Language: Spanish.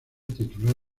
titular